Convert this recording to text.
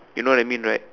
you know what I mean right